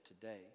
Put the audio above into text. today